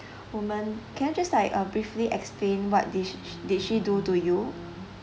woman can I just like uh briefly explain what did she she did she do to you